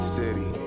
city